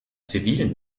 zivilen